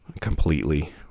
completely